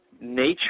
nature